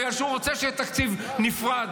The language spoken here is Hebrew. בגלל שהוא רוצה שיהיה תקציב נפרד,